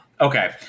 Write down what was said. Okay